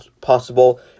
possible